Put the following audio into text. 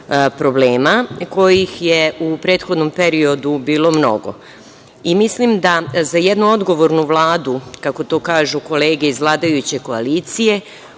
problema kojih je u prethodnom periodu bilo mnogo. Mislim da za jednu odgovornu Vladu, kako to kažu kolege iz vladajuće koalicije,